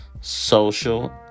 Social